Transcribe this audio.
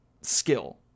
skill